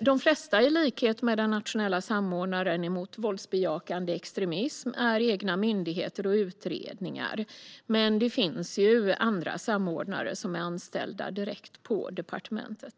De flesta är i likhet med den nationella samordnaren mot våldsbejakande extremism egna myndigheter och utredningar. Men det finns också andra samordnare, som är anställda direkt på departementet.